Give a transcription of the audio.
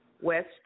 West